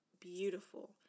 beautiful